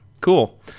cool